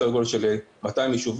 סדר גודל של 200 יישובים,